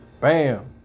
Bam